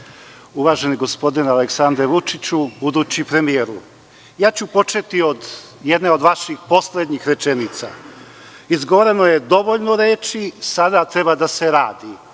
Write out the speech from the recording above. uvaženi gospodine Aleksandre Vučiću, budući premijeru, počeću od jedne od vaših poslednjih rečenica – izgovoreno je dovoljno reči, sada treba da se radi.